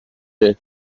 ایرانی